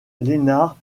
lennart